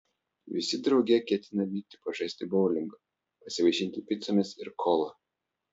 visi drauge ketina vykti pažaisti boulingo pasivaišinti picomis ir kola